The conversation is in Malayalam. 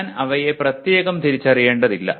ഞാൻ അവയെ പ്രത്യേകം തിരിച്ചറിയേണ്ടതില്ല